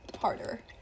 harder